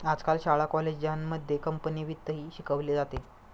आजकाल शाळा कॉलेजांमध्ये कंपनी वित्तही शिकवले जाते